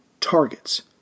targets